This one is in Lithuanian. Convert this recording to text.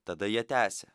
tada jie tęsė